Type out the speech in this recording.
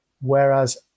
whereas